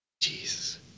Jesus